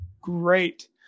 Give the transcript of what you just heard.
great